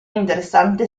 interessante